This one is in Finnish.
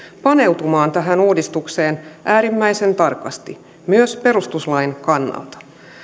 paneutumaan tähän uudistukseen äärimmäisen tarkasti myös perustuslain kannalta